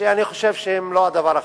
שאני חושב שהם לא דבר החשוב.